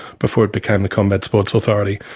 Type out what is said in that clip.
before it became the combat sports authority.